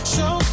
Show